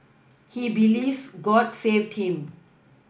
he believes God saved him